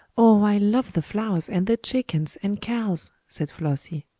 oh, i love the flowers, and the chickens and cows! said flossie.